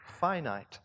finite